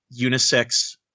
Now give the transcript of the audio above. unisex